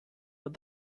but